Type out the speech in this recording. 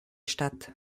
statt